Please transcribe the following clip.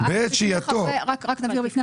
רק נסביר.